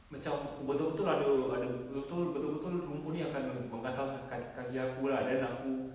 macam betul-betul ada ada betul-betul betul-betul rumput ini akan meng~ menggatalkan ka~ kaki aku lah then aku